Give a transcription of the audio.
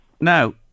Now